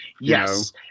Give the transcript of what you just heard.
yes